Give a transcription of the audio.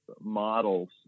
models